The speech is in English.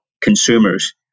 consumers